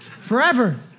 Forever